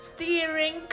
Steering